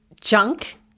junk